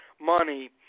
money